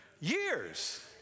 years